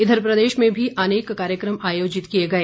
इघर प्रदेश में भी अनेक कार्यक्रम आयोजित किए गए